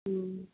হুম